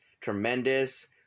tremendous